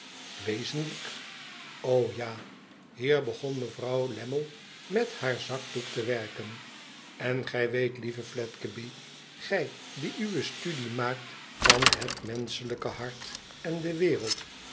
wezenlijk o ja hier begon mevrouw lammie met haar zakdoek te werken yën gij weet lieve fiedgeby gij die uwe studie maakt van het menschelijke hart en de wereld